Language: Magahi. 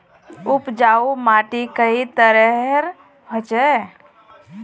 उपजाऊ माटी कई तरहेर होचए?